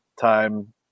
time